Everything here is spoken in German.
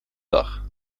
dach